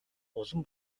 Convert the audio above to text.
улам